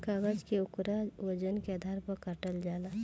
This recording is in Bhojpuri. कागज के ओकरा वजन के आधार पर बाटल जाला